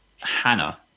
hannah